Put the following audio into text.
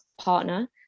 partner